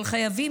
אבל חייבים,